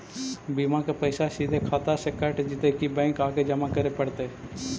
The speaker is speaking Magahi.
बिमा के पैसा सिधे खाता से कट जितै कि बैंक आके जमा करे पड़तै?